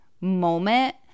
moment